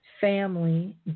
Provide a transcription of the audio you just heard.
family